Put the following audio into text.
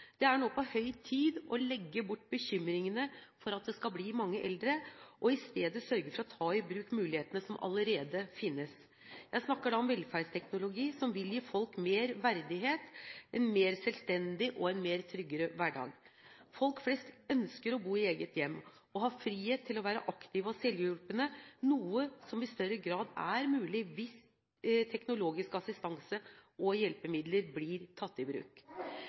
Det er nå på høy tid å legge bort bekymringene for at det skal bli mange eldre, og i stedet sørge for å ta i bruk mulighetene som allerede finnes. Jeg snakker da om velferdsteknologi som vil gi folk mer verdighet og en mer selvstendig og tryggere hverdag. Folk flest ønsker å bo i eget hjem og ha frihet til å være aktive og selvhjulpne, noe som i større grad er mulig hvis teknologisk assistanse og hjelpemidler blir tatt i bruk.